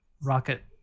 rocket